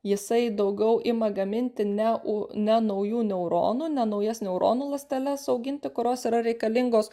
jisai daugiau ima gaminti ne u ne naujų neuronų ne naujas neuronų ląsteles auginti kurios yra reikalingos